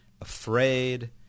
afraid